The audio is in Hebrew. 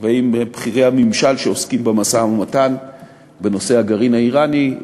ועם בכירי הממשל שעוסקים במשא-ומתן בנושא הגרעין האיראני,